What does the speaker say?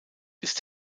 ist